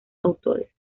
autores